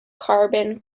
carbon